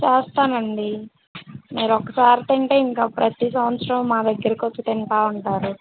చేస్తామండీ మీరు ఒక్కసారి తింటే ఇంక ప్రతీ సంవత్సరం మా దగ్గరికి వచ్చి తింటూ ఉంటారు